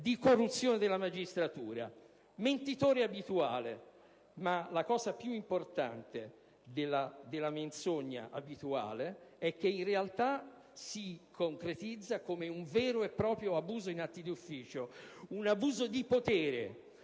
di corruzione della magistratura. Mentitore abituale! L'aspetto più importante della menzogna abituale è che in realtà essa si concretizza come un vero e proprio abuso in atti d'ufficio, un abuso di potere